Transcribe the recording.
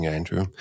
Andrew